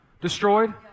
destroyed